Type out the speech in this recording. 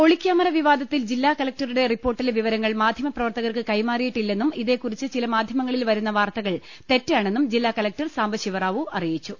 ഒളിക്യാമറ വിവാദത്തിൽ ജില്ലാ കലക്ടറുടെ റിപ്പോർട്ടിലെ വിവരങ്ങൾ മാധ്യമപ്രവർത്തകർക്ക് കൈമാറിയിട്ടില്ലെന്നും ഇതേക്കുറിച്ച് ചില മാധ്യമങ്ങളിൽ വരുന്ന വാർത്തകൾ തെറ്റാണെന്നും ജില്ലാ കലക്ടർ സാംബശിവ റാവു അറിയിച്ചു